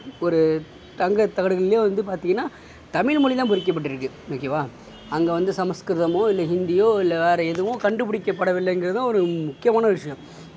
ஒரு தங்க தகடுகளிலையோ வந்து பார்த்திங்கன்னா தமிழ் மொழிதான் பொறிக்கப்பட்டு இருக்குது ஓகேவா அஙகே வந்து சமஸ்கிருதமோ இல்லை ஹிந்தியோ இல்லை வேற எதுவும் கண்டு பிடிக்க படவில்லைங்குறதும் ஒரு முக்கியமான ஒரு விஷயோம்